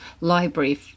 library